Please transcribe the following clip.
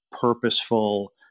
purposeful